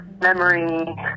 memory